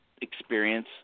experience